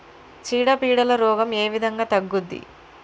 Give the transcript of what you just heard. చీడ పీడల రోగం ఏ విధంగా తగ్గుద్ది?